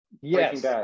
yes